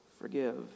Forgive